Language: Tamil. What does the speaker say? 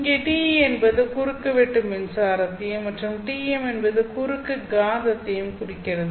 இங்கே TE என்பது குறுக்குவெட்டு மின்சாரத்தையும் மற்றும் TM என்பது குறுக்கு காந்தத்தையும் குறிக்கிறது